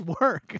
work